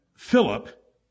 Philip